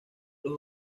los